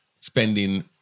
spending